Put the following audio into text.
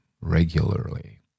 regularly